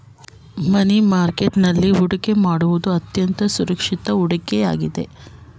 ಮನಿ market ನಲ್ಲಿ ಹೊಡಿಕೆ ಮಾಡುವುದು ಅತ್ಯಂತ ಸುರಕ್ಷಿತ ಹೂಡಿಕೆ ಆಗಿದೆ